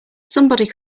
somebody